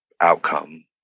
outcome